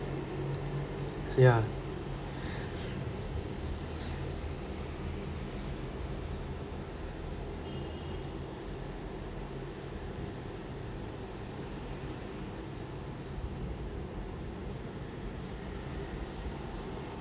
ya